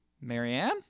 marianne